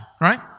right